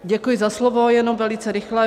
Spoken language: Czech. Děkuji za slovo, jenom velice rychle.